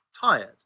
tired